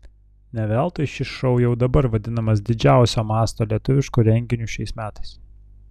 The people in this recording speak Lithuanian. ne veltui šis šou jau dabar vadinamas didžiausio masto lietuvišku renginiu šiais metais